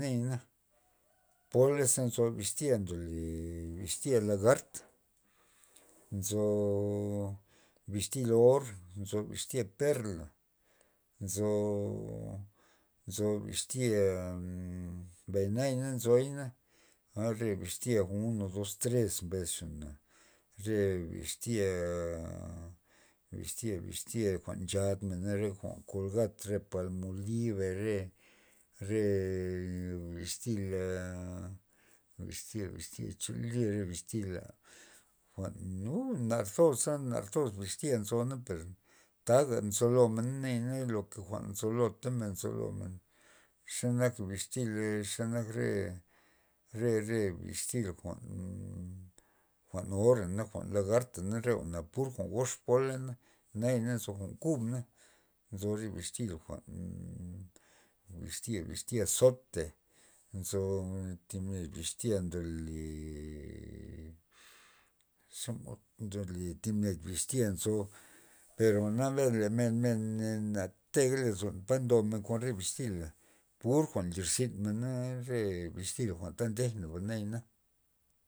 Naya na pola ze nzo biztya ndole bixtya lagart nzo bixtya or nzo bixtya perla nzo, nzo biztya mbay naya na nzoy na xe nak re bixtya uno dos tres mbesxana re bixtya, bixtya- bixtya jwa'n nchadmena revjwa'n kolgat re palmolibe re- re bixti aa bixtya- bixtya chole re bixtila uu jwa'n nar toza nar bixtya nzona per taga nzolon naya lo kuan jwa'n ta nzo lota men nzo lomen xe nak bixtila xenak re re- re bixtya jwa'n jwa'n ora lagarta re jwa'na pur jwa'n gox polana naya na nzo jwa'n kub na nzo re bixtil jwa'n, bixtya- bixtya zote nzo thib ned bixtya ndole xomod ndole thib ned bixtya nzo per jwa'na mbesna men ne na tega lozon pa ndomen kon re bixtila pur jwa'n nlir zinmen na re bixtil jwa'n ta ndejna nayana.